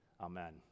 Amen